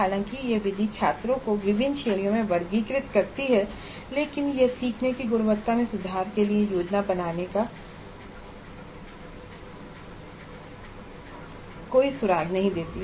हालांकि यह विधि छात्रों को विभिन्न श्रेणियों में वर्गीकृत करती है लेकिन यह सीखने की गुणवत्ता में सुधार के लिए योजना बनाने का कोई सुराग नहीं देती है